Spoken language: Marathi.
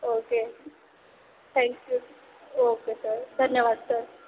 ओके थँक्यू ओके सर धन्यवाद सर